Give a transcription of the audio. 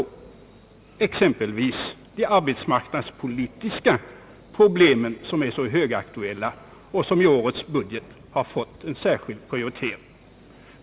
Det är exempelvis de arbetsmarknadspolitiska problemen, som är så högaktuella och som i årets budget har fått en särskild prioritet.